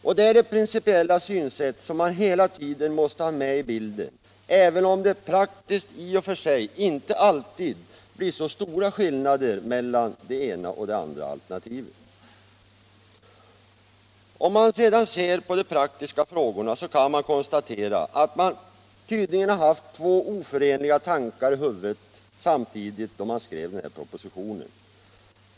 Detta är det principiella synsätt som man hela tiden måste ha med i bilden, även om det praktiskt i och för sig inte alltid blir så stora skillnader mellan det ena och det andra alternativet. Om jag sedan ser på de praktiska frågorna, kan jag konstatera att man tydligen har haft två oförenliga tankar i huvudet samtidigt, då man skrev den här propositionen.